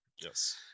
yes